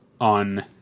on